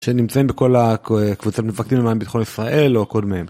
שנמצאים בכל הקבוצה מפקדים למען ביטחון ישראל או קודמיהם.